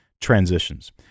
Transitions